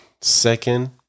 second